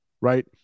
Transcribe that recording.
right